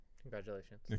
Congratulations